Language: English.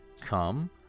come